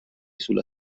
sulla